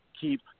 keep